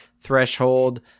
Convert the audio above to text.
threshold